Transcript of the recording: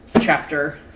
Chapter